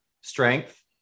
strength